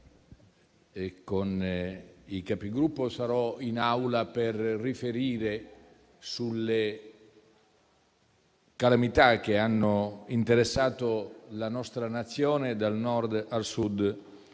e con i Capigruppo, sarò in Aula per riferire sulle calamità che hanno interessato la nostra Nazione da Nord a Sud